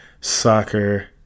soccer